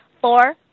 four